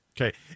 Okay